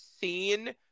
seen